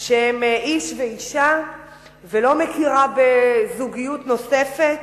שהם איש ואשה ולא מכירה בזוגיות נוספת,